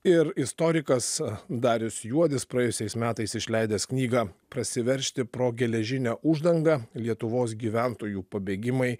ir istorikas darius juodis praėjusiais metais išleidęs knygą prasiveržti pro geležinę uždangą lietuvos gyventojų pabėgimai